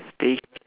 speak